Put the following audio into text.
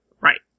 Right